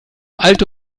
alte